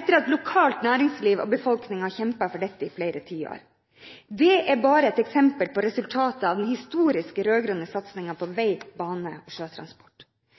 etter at det lokale næringslivet og befolkningen har kjempet for dette i flere tiår. Det er bare ett eksempel på resultatet av den historiske rød-grønne satsingen på vei, bane og sjøtransport.